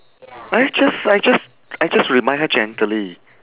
I just I just I just remind her gently